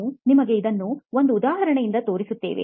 ನಾವು ನಿಮಗೆ ಇದನ್ನು ಒಂದು ಉದಾಹರಣೆಯಿಂದ ತೋರಿಸಿದ್ದೇವೆ